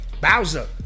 Bowser